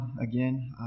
again